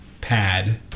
pad